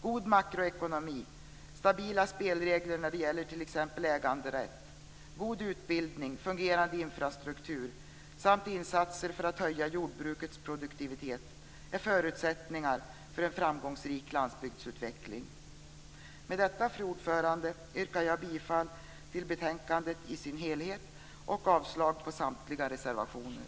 God makroekonomi, stabila spelregler när det gäller t.ex. äganderätt, god utbildning, fungerande infrastruktur samt insatser för att höja jordbrukets produktivitet är förutsättningar för en framgångsrik landsbygdsutveckling. Fru talman! Med detta yrkar jag bifall till utskottets hemställan i betänkandet i sin helhet och avslag på samtliga reservationer.